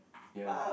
ya